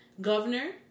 governor